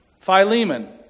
Philemon